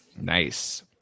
Nice